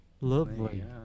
lovely